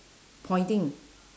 pointing